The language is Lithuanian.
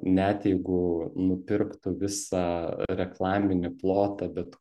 net jeigu nupirktų visą reklaminį plotą bet